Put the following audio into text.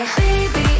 baby